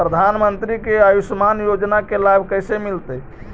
प्रधानमंत्री के आयुषमान योजना के लाभ कैसे मिलतै?